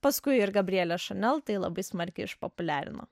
paskui ir gabrielė chanel tai labai smarkiai išpopuliarino